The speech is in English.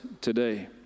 today